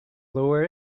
lower